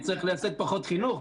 אני צריך לעשות פחות חינוך,